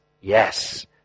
Yes